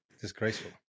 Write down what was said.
Disgraceful